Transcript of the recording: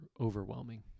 overwhelming